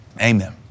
Amen